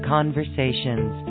Conversations